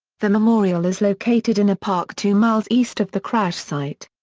the memorial is located in a park two miles east of the crash site.